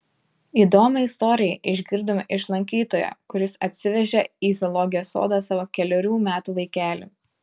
įdomią istoriją išgirdome iš lankytojo kuris atsivežė į zoologijos sodą savo kelerių metų vaikelį